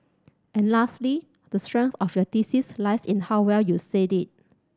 and lastly the strength of your thesis lies in how well you said it